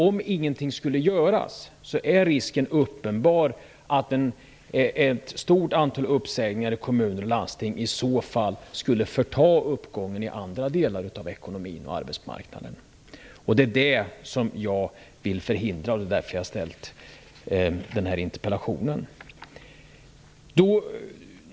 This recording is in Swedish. Om ingenting görs är risken uppenbar att ett stort antal uppsägningar i kommuner och landsting förtar uppgången i andra delar av ekonomin och arbetsmarknaden. Det är detta jag vill förhindra. Därför har jag ställt denna interpellation.